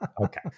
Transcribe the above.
Okay